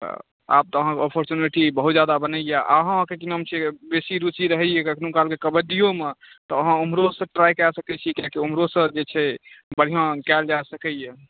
तऽ आब तऽ अहाँकेँ ऑपर्चुनिटी बहुत जादा बनैया अहाँकेँ की नाम छै बेसी रूचि रहैया कखनो काल कऽ कबड्डीयोमे तऽ अहाँ ऊमहरोसँ ट्राइ कए सकैत छी किआकी ऊमहरोसँ जे छै बढ़िआँ कयल जा सकैया